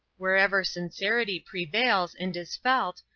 wherever sincerity prevails and is felt,